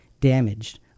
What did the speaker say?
damaged